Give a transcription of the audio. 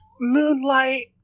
moonlight